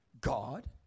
God